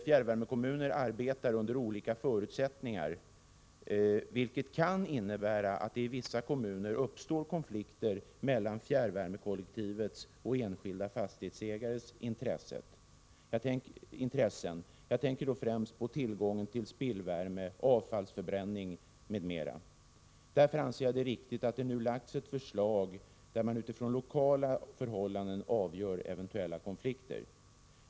Fjärrvärmekommuner arbetar emellertid under olika förutsättningar, vilket kan innebära att det i vissa kommuner uppstår konflikter mellan fjärrvärmekollektivets och enskilda fastighetsägares intressen. Jag tänker då främst på tillgången till spillvärme, avfallsförbränning m.m. Därför anser jag det riktigt att det nu har framlagts ett förslag om hur man utifrån lokala förhållanden skall avgöra eventuella konflikter.